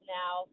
now